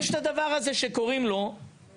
יש את הדבר הזה שקוראים לו אבטלה,